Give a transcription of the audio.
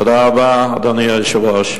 תודה רבה, אדוני היושב-ראש.